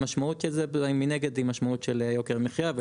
המשמעות של זה, מנגד, היא משמעות של יוקר מחיה.